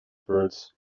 birds